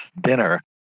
dinner